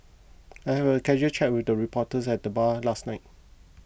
I had a casual chat with a reporter at the bar last night